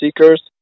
seekers